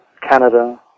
Canada